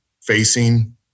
facing